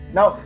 Now